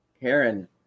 Karen